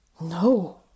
No